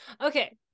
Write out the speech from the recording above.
Okay